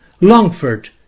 Longford